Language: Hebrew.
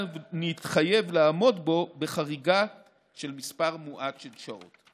להתחייב לעמוד בו בחריגה של מספר מועט של שעות.